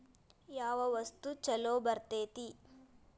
ಯಾವ ವಸ್ತು ಛಲೋ ಬರ್ತೇತಿ?